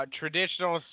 traditional